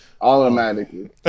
automatically